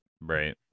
Right